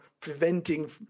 preventing